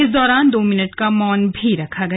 इस दौरान दो मिनट का मौन रखा गया